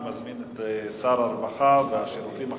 אני מזמין את שר הרווחה והשירותים החברתיים,